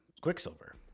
Quicksilver